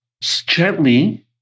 gently